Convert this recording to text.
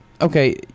okay